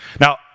Now